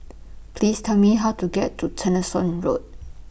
Please Tell Me How to get to Tessensohn Road